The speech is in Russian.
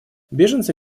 беженцы